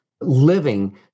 living